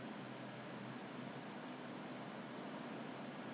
cannot touch or cannot drink I know cannot drink you mean cannot touch then 不是